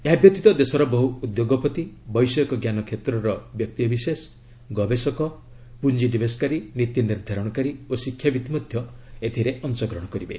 ଏହା ବ୍ୟତୀତ ଦେଶର ବହୁ ଉଦ୍ୟୋଗପତି ବୈଷୟିକଜ୍ଞାନ କ୍ଷେତ୍ରର ବ୍ୟକ୍ତି ବିଶେଷ ଗବେଷକ ପୁଞ୍ଜିନିବେଶକାରୀ ନୀତିନିର୍ଦ୍ଧାରଣକାରୀ ଓ ଶିକ୍ଷାବିତ୍ ମଧ୍ୟ ଏଥିରେ ଅଂଶଗ୍ରହଣ କରିବେ